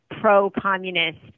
pro-communist